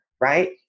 Right